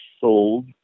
sold